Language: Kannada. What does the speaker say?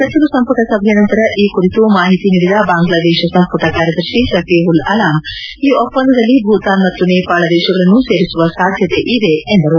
ಸಚಿವ ಸಂಪುಟ ಸಭೆಯ ನಂತರ ಈ ಕುರಿತು ಮಾಹಿತಿ ನೀಡಿದ ಬಾಂಗ್ಲಾದೇಶ ಸಂಪುಟ ಕಾರ್ಯದರ್ಶಿ ಶಫೀವುಲ್ ಆಲಾಮ್ ಈ ಒಪ್ಪಂದದಲ್ಲಿ ಭೂತಾನ್ ಮತ್ತ ನೇಪಾಳ ದೇಶಗಳನ್ನು ಸೇರಿಸುವ ಸಾಧ್ಯತೆ ಇದೆ ಎಂದರು